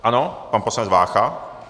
Ano, pan poslanec Vácha.